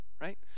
right